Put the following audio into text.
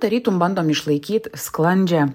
tarytum bandom išlaikyt sklandžią